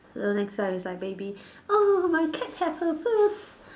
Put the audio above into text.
so next time is like maybe oh my cat have her first